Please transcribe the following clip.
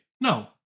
No